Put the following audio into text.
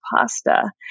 Pasta